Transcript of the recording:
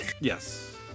Yes